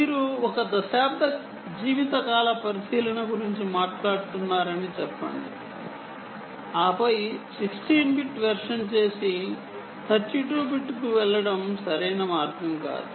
మీరు ఒక దశాబ్దం జీవితకాల పరిశీలన గురించి మాట్లాడుతున్నారని చెప్పండి ఆపై 16 బిట్ వెర్షన్ చేసి 32 బిట్కు వెళ్లడం సరైన మార్గం కాదు